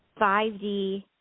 5D